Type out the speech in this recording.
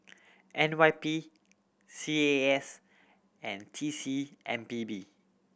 N Y P C A A S and T C M P B